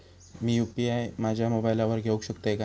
मी UPI माझ्या मोबाईलावर घेवक शकतय काय?